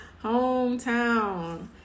Hometown